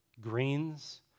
greens